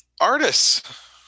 Artists